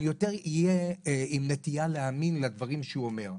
אני יותר אהיה עם נטייה להאמין לדברים שהוא אומר,